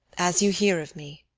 as you hear of me,